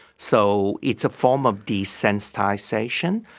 so it's a form of desensitisation.